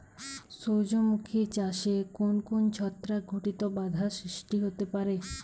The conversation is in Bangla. সূর্যমুখী চাষে কোন কোন ছত্রাক ঘটিত বাধা সৃষ্টি হতে পারে?